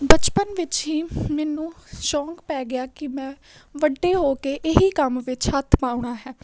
ਬਚਪਨ ਵਿੱਚ ਹੀ ਮੈਨੂੰ ਸ਼ੌਂਕ ਪੈ ਗਿਆ ਕਿ ਮੈਂ ਵੱਡੇ ਹੋ ਕੇ ਇਹੀ ਕੰਮ ਵਿੱਚ ਹੱਥ ਪਾਉਣਾ ਹੈ